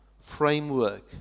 framework